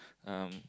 um